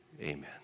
Amen